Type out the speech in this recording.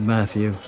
Matthew